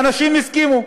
ואנשים הסכימו.